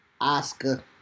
Oscar